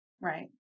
right